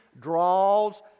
draws